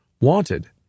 Wanted